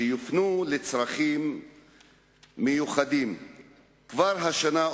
שיופנו לצרכים מיוחדים כבר השנה,